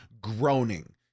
groaning